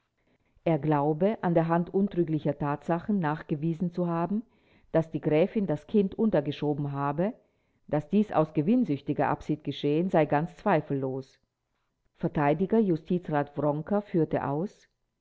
er glaube an der hand untrüglicher tatsachen nachgewiesen zu haben daß die gräfin das kind untergeschoben habe daß dies aus gewinnsüchtiger absicht geschehen sei ganz zweifellos verteidiger justizrat wronker führte aus